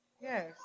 yes